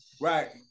Right